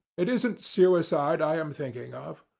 it isn't suicide i am thinking of.